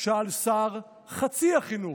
שאל שר חצי החינוך.